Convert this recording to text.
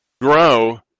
grow